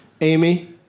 Amy